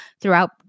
throughout